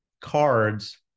cards